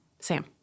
Sam